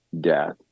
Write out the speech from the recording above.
death